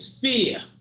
fear